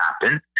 happen